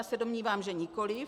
Já se domnívám, že nikoliv.